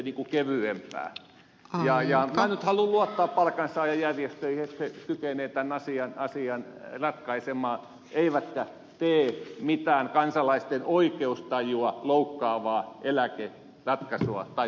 minä nyt haluan luottaa palkansaajajärjestöihin että ne kykenevät tämän asian ratkaisemaan eivätkä tee mitään kansalaisten oikeustajua loukkaavaa eläkeratkaisua tai sopimusta